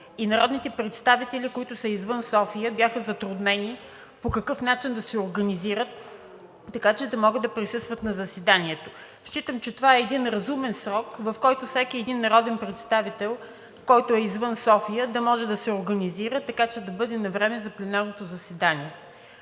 и народните представители, които са извън София, бяха затруднени по какъв начин да се организират, така че да могат да присъстват на заседанието. Считам, че това е разумен срок, в който всеки народен представител, който е извън София, да може да се организира, така че да бъде навреме за пленарното заседание.